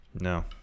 no